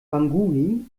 bangui